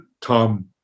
Tom